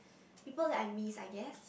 people like I miss I guess